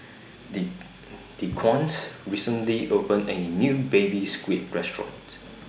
D Dequan recently opened A New Baby Squid Restaurant